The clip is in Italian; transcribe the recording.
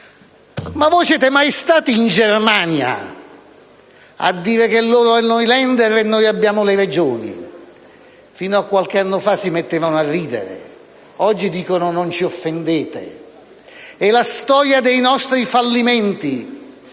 Ma voi siete mai stati in Germania, a dire che loro hanno i *Länder* e noi abbiamo le Regioni? Fino a qualche anno fa si mettevano a ridere, oggi dicono: non ci offendete. E la storia dei nostri fallimenti